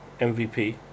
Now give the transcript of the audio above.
MVP